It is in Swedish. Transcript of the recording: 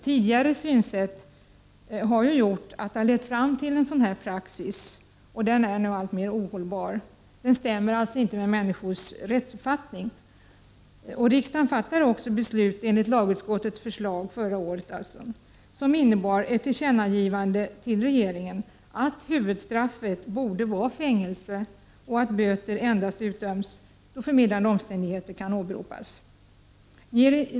Tidigare synsätt har lett fram till en praxis som blivit alltmer ohållbar. Den stämmer inte med människors rättsuppfattning. Riksdagen beslutade också förra året enligt lagutskottets förslag, som innebar ett tillkännagivande till regeringen att huvudstraffet borde vara fängelse och att böter endast utdöms då förmildrande omständigheter kan åberopas.